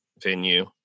venue